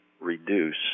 reduce